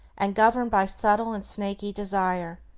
and, governed by subtle and snaky desire,